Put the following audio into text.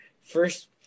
first